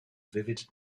vivid